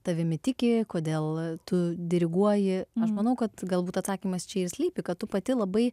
tavimi tiki kodėl tu diriguoji aš manau kad galbūt atsakymas čia ir slypi kad tu pati labai